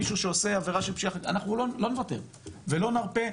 מישהו שעושה עבירה של פשיעה חקלאית אנחנו לא נוותר ולא נרפה,